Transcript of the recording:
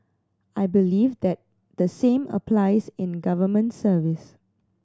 I believe that the same applies in government service